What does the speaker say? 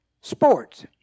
sports